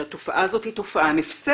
שהתופעה הזאת היא תופעה נפסדת.